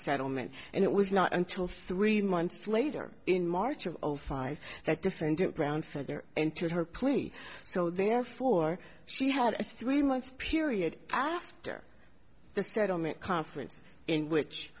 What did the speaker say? settlement and it was not until three months later in march of zero five that defendant brown further entered her plea so therefore she had a three month period after the settlement conference in which